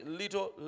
little